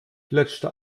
fletschte